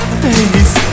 face